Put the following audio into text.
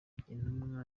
intumwa